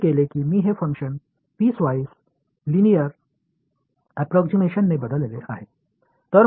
तर मी हे केले की मी हे फंक्शन पीस वाईस लिनिअर अप्रॉक्सिमेशनने बदलले आहे